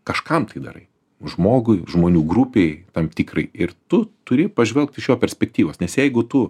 kažkam tai darai žmogui žmonių grupei tam tikrai ir tu turi pažvelgt iš jo perspektyvos nes jeigu tu